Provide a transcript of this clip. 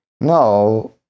no